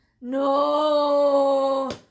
No